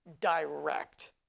direct